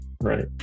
right